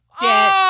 get